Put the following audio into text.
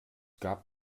gab